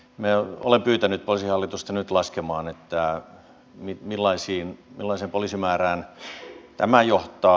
minä olen pyytänyt poliisihallitusta nyt laskemaan millaiseen poliisimäärään tämä johtaa